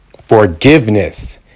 Forgiveness